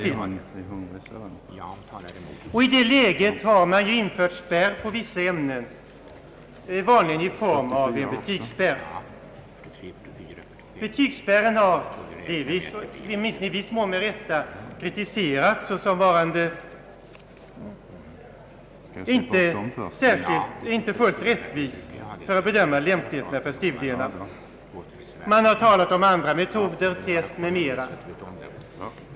Vi har ju redan kommit i det läget att spärrar har införts i vissa ämnen, vanligen i form av betygsspärr. Betygsspärren har — åtminstone i viss mån med rätta — kritiserats såsom varande inte fullt rättvis för bedömandet av lämplighet för studierna. Man har talat om andra metoder, test m.m.